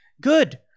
Good